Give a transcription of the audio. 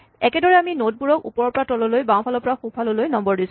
একেধৰণে আমি নড বোৰক ওপৰৰ পৰা তললৈ বাওঁফালৰ পৰা সোঁফাললৈ নম্বৰ দিছো